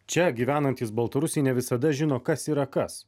čia gyvenantys baltarusiai ne visada žino kas yra kas